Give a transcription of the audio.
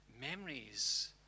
memories